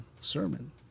sermon